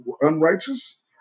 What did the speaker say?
unrighteous